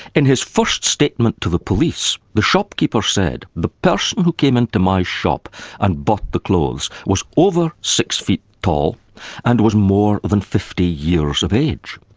in his first statement to the police, the shopkeeper said, the person who came into my shop and bought the clothes was over six feet tall and was more than fifty years of age.